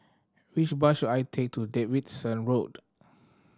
which bus should I take to Davidson Road